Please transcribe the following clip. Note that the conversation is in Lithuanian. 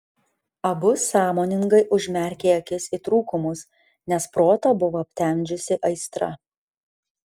abu sąmoningai užmerkė akis į trūkumus nes protą buvo aptemdžiusi aistra